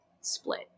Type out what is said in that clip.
split